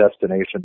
destination